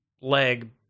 leg